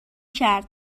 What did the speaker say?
کرد